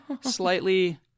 Slightly